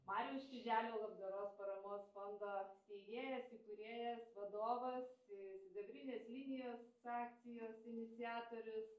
mariaus čiuželio labdaros paramos fondo steigėjas įkūrėjas vadovas ir sidabrinės linijos akcijos iniciatorius